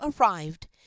arrived